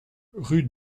rue